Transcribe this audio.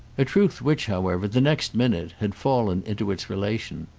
a truth which, however, the next minute, had fallen into its relation.